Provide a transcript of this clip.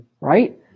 right